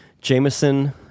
Jameson